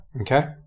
okay